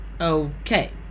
Okay